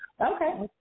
Okay